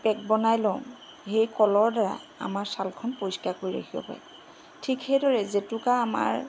pack বনাই লওঁ সেই কলৰদ্বাৰা আমাৰ ছালখন পৰিষ্কাৰ কৰি ৰাখিব পাৰি ঠিক সেইদৰেই জেতুকা আমাৰ